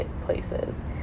places